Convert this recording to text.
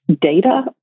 data